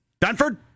Dunford